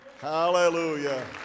Hallelujah